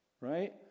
right